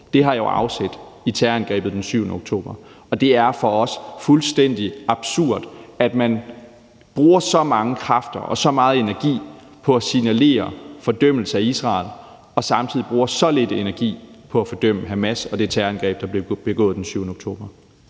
har jo afsæt i terrorangrebet den 7. oktober. Og det er for os fuldstændig absurd, at man bruger så mange kræfter og så meget energi på at signalere fordømmelse af Israel og samtidig bruger så lidt energi på at fordømme Hamas og det terrorangreb, der blev begået den 7. oktober.